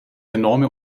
enorme